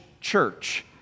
church